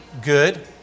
good